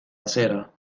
acera